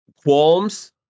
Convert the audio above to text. Qualms